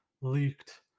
leaked